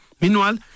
Meanwhile